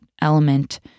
element